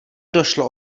došlo